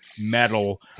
metal